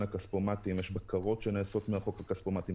הכספומטים ויש בקרות שנעשות מרחוק על הכספומטים.